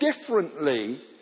differently